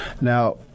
Now